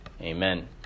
Amen